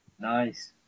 Nice